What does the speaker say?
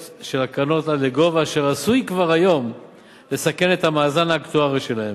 של הקרנות עד לגובה שעשוי כבר היום לסכן את המאזן האקטוארי שלהן.